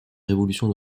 révolution